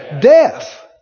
death